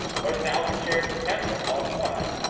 but a thousand shares of tesla costs, what?